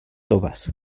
toves